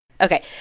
Okay